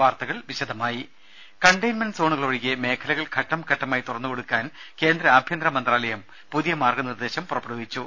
വാർത്തകൾ വിശദമായി കണ്ടെയ്ൻമെന്റ് സോണുകൾ ഒഴികെ മേഖലകൾ ഘട്ടം ഘട്ടമായി തുറന്നു കൊടുക്കാൻ കേന്ദ്ര ആഭ്യന്തര മന്ത്രാലയം പുതിയ മാർഗനിർദേശം പുറപ്പെടുവിച്ചു